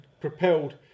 propelled